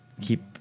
keep